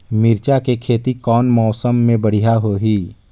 मिरचा के खेती कौन मौसम मे बढ़िया होही?